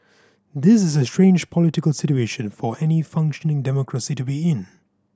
this is a strange political situation for any functioning democracy to be in